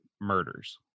murders